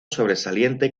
sobresaliente